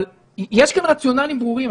אבל יש כאן רציונלים ברורים.